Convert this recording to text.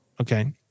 Okay